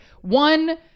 one